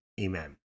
Amen